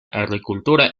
agricultura